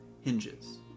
hinges